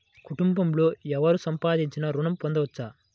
కుటుంబంలో ఎవరు సంపాదించినా ఋణం పొందవచ్చా?